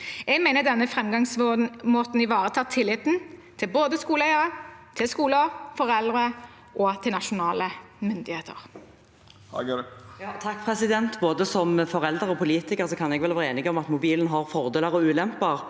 Jeg mener denne framgangsmåten ivaretar tilliten til både skoleeiere, skoler, foreldre og nasjonale myndigheter. Margret Hagerup (H) Både som forelder og politiker kan jeg være enig i at mobilen har fordeler og ulemper.